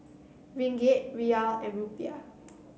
Ringgit Riyal and Rupiah